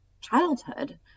childhood